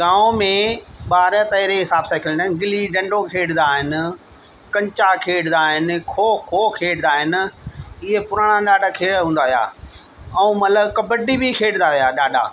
गांव में ॿार पहिरें हिसाब सां कंदा आहिनि गिल्ली ॾंॾो खेॾंदा आहिनि कंचा खेॾंदा आहिनि खो खो खेॾंदा आहिनि इहे पुराणा ॾाढा खेल हूंदा हुआ ऐं मतलबु कबड्डी बि खेॾंदा हुआ ॾाढा